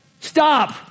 Stop